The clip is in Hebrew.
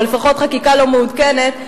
או לפחות חקיקה לא מעודכנת,